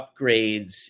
upgrades